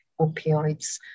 opioids